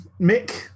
Mick